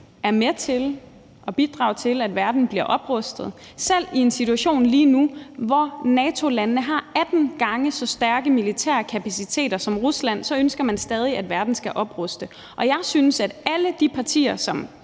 er med til at bidrage til, at verden bliver oprustet. Selv i en situation lige nu, hvor NATO-landene har 18 gange så stærke militære kapaciteter som Rusland, ønsker man stadig, at verden skal opruste, og jeg synes, at alle de partier, som